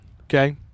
Okay